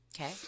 okay